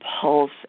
pulse